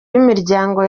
b’imiryango